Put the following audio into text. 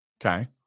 okay